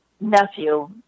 nephew